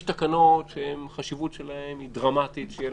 יש תקנות שהחשיבות שלהן דרמטית ויהיה